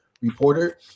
reporter